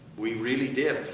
we really did.